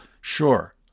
Sure